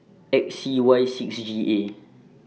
X C Y six G A